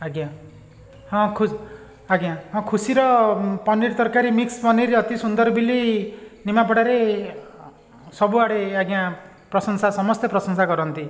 ଆଜ୍ଞା ହଁ ଖୁସି ଆଜ୍ଞା ହଁ ଖୁସିର ପନିର୍ ତରକାରୀ ମିକ୍ସ ପନିର୍ ଅତି ସୁନ୍ଦର ବୋଲି ନିମାପଡ଼ାରେ ସବୁଆଡ଼େ ଆଜ୍ଞା ପ୍ରଶଂସା ସମସ୍ତେ ପ୍ରଶଂସା କରନ୍ତି